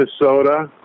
Minnesota